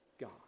God